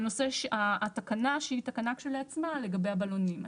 והתקנה, שהיא תקנה כשלעצמה לגבי הבלונים.